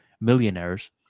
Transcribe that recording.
millionaires